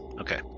Okay